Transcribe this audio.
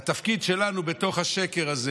והתפקיד שלנו בתוך השקר הזה